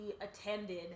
attended